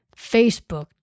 Facebook